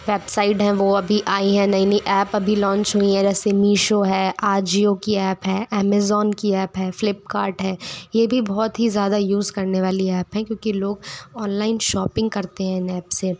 website हैं वो अभी आईं है नई नई ऐप्प अभी लॉंच हुईं हैं जैसे मीशो है आजिओ की ऐप्प है ऐमेज़ॉन की ऐप्प है फ़्लिपकार्ट है ये भी बहुत ही ज़्यादा यूज़ करने वाली ऐप्प हैं क्योंकि लोग ऑनलाइन शॉपिंग करते हैं इन ऐप्प से